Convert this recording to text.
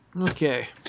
Okay